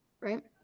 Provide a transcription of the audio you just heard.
right